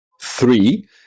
three